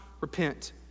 repent